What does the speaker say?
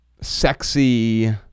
sexy